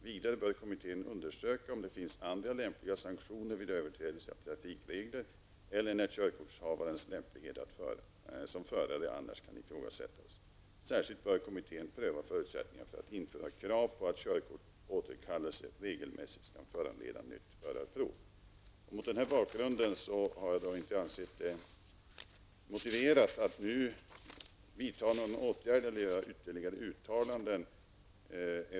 Vidare bör kommittén undersöka om det finns andra lämpliga sanktioner vid överträdelse av trafikregler eller när körkortsinnehavarens lämplighet som förare annars kan ifrågasättas. Särskilt bör kommittén pröva förutsättningarna för att införa krav på att körkortsåterkallelse regelsmässigt skall föranleda nytt förarprov.'' Mot denna bakgrund har jag inte ansett det motiverat att nu vidta någon åtgärd eller att göra ytterligare uttalanden.